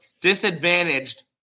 disadvantaged